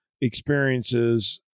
experiences